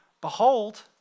Behold